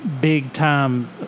big-time